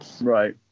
Right